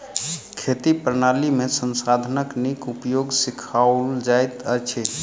खेती प्रणाली में संसाधनक नीक उपयोग सिखाओल जाइत अछि